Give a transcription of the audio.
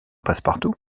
passepartout